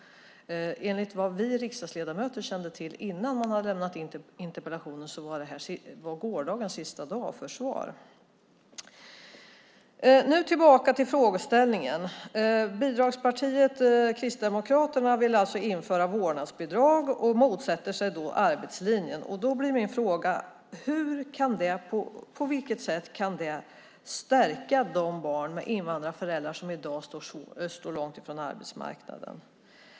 Enligt vad vi riksdagsledamöter kände till innan interpellationen lämnades in var gårdagen sista dag för svar. Bidragspartiet Kristdemokraterna vill alltså införa vårdnadsbidrag och motsätter sig då arbetslinjen. Då blir min fråga: På vilket sätt kan det stärka barn med invandrarföräldrar som i dag står långt från arbetsmarknaden?